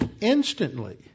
instantly